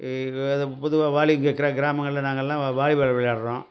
பொதுவாக வாலிங்க கிராமங்களில் நாங்கள்லாம் வாலிபால் விளையாடுறோம்